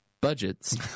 budgets